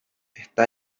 está